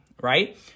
right